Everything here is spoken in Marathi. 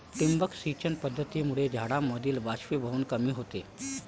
ठिबक सिंचन पद्धतीमुळे झाडांमधील बाष्पीभवन कमी होते